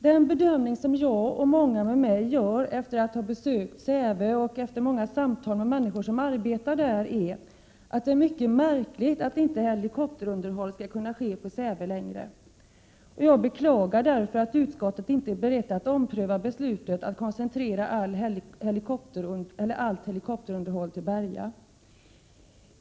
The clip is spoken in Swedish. Den bedömningen som jag och många med mig gör efter besök på Säve och många samtal med de människor som arbetar där är att det är mycket märkligt att helikopterunderhåll inte längre skall kunna ske på Säve. Jag beklagar därför att utskottet inte är berett att ompröva beslutet att koncentrera allt helikopterunderhåll till Berga.